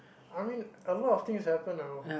I mean a lot of things happen now